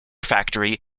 factory